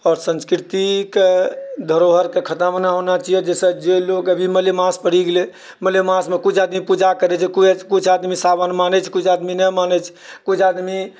आओर संस्कृतिके धरोहरके खतम नहि होना चाहिए जैसे जे लोग अभी मलेमास पड़ि गेलै मलेमास कुछ आदमी पूजा करै छै कुछ आदमी सावन मानै छै कुछ आदमी नहि मानै छै कुछ आदमी